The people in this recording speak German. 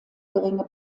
geringe